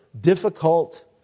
difficult